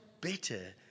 better